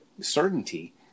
certainty